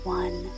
one